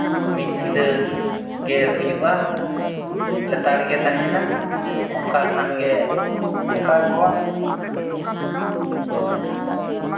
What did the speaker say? ᱢᱤᱫ ᱧᱤᱫᱟᱹ ᱜᱮ ᱦᱩᱭᱩᱜᱼᱟ ᱞᱮᱛᱟᱲ ᱜᱮ ᱛᱟᱦᱮᱸᱱᱟ ᱚᱱᱠᱟ ᱠᱷᱚᱱ ᱜᱮ ᱥᱮᱛᱟᱜᱚᱜᱼᱟ